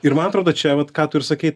ir man atrodo čia vat ką tu ir sakei